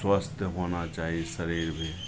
स्वस्थ होना चाही शरीर भी